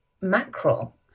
mackerel